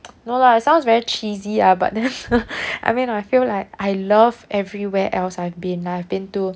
no lah sounds very cheesy ah but then I mean I feel like I love everywhere else I've been I've been to